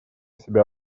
себя